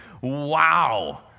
wow